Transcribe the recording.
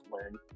learn